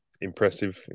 impressive